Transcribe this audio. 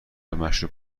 مشروب